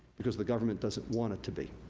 because the government doesn't want it to be.